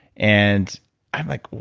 and i'm like,